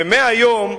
ומהיום,